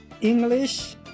English